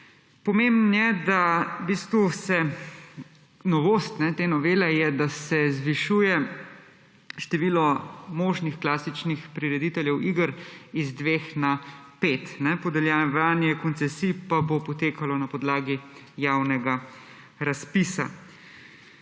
novele je, da se zvišuje število možnih klasičnih prirediteljev iger z dveh na pet, podeljevanje koncesij pa bo potekalo na podlagi javnega razpisa.